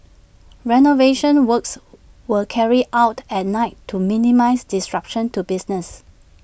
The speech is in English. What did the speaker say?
renovation works were carried out at night to minimise disruption to business